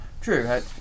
True